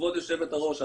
כבוד יושבת-הראש,